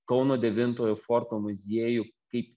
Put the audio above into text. kauno devintojo forto muziejų kaip